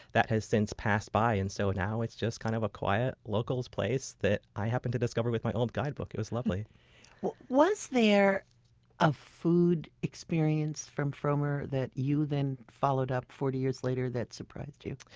that has since passed by. and so now it's just kind of a quiet, local place that i happened to discover with my old guidebook. it was lovely was there a food experience from frommer that you then followed up forty years later that surprised you?